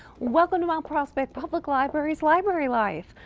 welcome to mount prospect public library's library life.